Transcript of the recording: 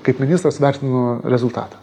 kaip ministras vertinu rezultatą